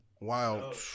wild